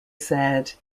said